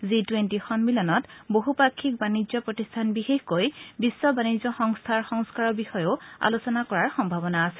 G twenty সম্মিলনত বহুপাক্ষিক বাণিজ্য প্ৰতিষ্ঠান বিশেষকৈ বিশ্ব বাণিজ্য সংস্থাৰ সংস্থাৰৰ বিষয়েও আলোচনা কৰাৰ সম্ভাৱনা আছে